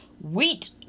wheat